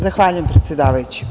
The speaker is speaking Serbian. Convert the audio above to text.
Zahvaljujem, predsedavajući.